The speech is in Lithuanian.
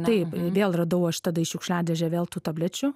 taip vėl radau aš tada į šiukšliadėžę vėl tų tablečių